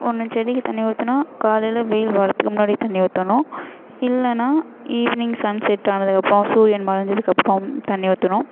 ஒன்று செடிக்கு தண்ணி ஊற்றுனா காலையில் வெயில் வர்றத்துக்கு முன்னாடியே தண்ணி ஊற்றணும் இல்லைனா ஈவினிங் சன்செட் ஆனதுக்கப்புறம் சூரியன் மறைஞ்சதுக்கப்புறம் தண்ணி ஊற்றணும்